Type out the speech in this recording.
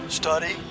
study